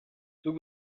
zuk